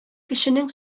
кешенең